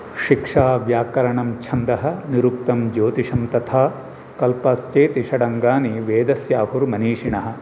शिक्षा व्याकरणं छन्दः निरुक्तं ज्यौतिषं तथा कल्पश्चेति षडङ्गानि वेदस्याहुर्मनीषिणः